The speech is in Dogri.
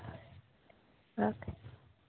बस